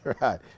Right